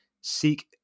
seek